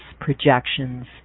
projections